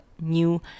new